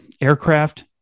aircraft